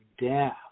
death